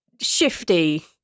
shifty